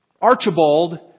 Archibald